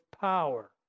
power